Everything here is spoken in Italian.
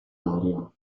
area